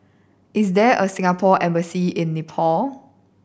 is there a Singapore Embassy in Nepal